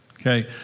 okay